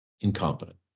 Incompetent